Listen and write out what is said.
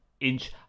inch